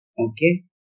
okay